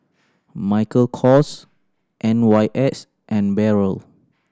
Michael Kors N Y S and Barrel